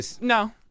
No